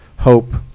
hope,